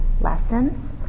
lessons